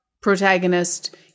protagonist